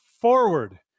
forward